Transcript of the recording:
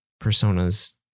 personas